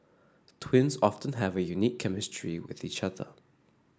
twins often have a unique chemistry with each other